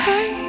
Hey